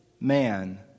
man